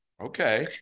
Okay